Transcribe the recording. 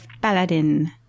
paladin